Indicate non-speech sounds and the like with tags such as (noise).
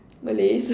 Malays (laughs)